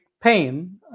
pain